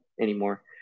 anymore